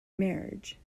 marriage